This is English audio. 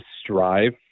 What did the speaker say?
strive